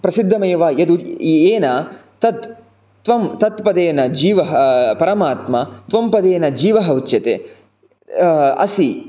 प्रसिद्धमेव यत् येन तत् त्वं तत्पदेन जीवः परमात्मा त्वं पदेन जीवः उच्यते असि